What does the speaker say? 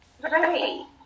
Right